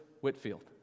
Whitfield